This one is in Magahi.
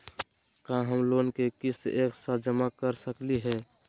का हम लोन के किस्त एक साथ जमा कर सकली हे?